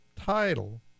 title